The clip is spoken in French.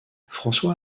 françois